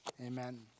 Amen